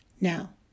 Now